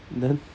then